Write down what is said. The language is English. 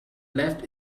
left